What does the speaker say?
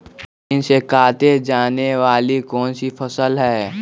Machine से काटे जाने वाली कौन सी फसल है?